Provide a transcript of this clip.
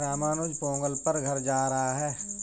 रामानुज पोंगल पर घर जा रहा है